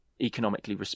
economically